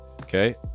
okay